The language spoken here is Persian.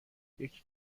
یکی